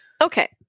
Okay